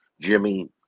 Jimmy